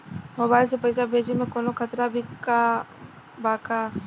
Mobile से पैसा भेजे मे कौनों खतरा भी बा का?